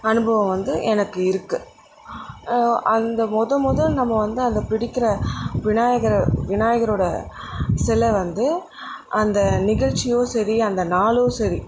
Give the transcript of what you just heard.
அனுபவம் வந்து எனக்கு இருக்குது அந்த முத முத நம்ம வந்து அந்த பிடிக்கிற விநாயகரை விநாயகரோடய சில வந்து அந்த நிகழ்ச்சியும் சரி அந்த நாளும் சரி